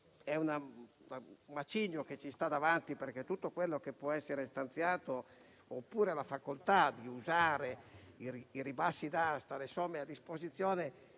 è un macigno che ci sta davanti, perché tutto quello che può essere stanziato (oppure la facoltà di usare i ribassi d'asta) e le somme a disposizione